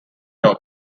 jobs